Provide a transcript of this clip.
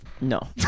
No